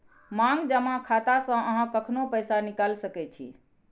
मांग जमा खाता सं अहां कखनो पैसा निकालि सकै छी